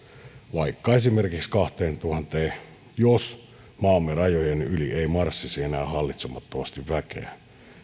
vaikka esimerkiksi kahteentuhanteen jos maamme rajojen yli ei marssisi enää hallitsemattomasti väkeä